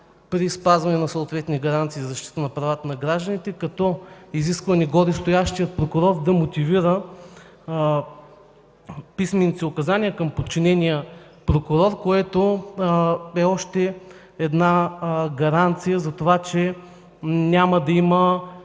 при спазване на съответни гаранции за защита на правата на гражданите – да се изисква горестоящият прокурор да мотивира писмените си указания към подчинения прокурор, което е още една гаранция, че без да има